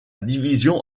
division